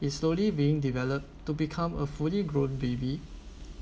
is slowly being developed to become a fully grown baby